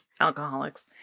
alcoholics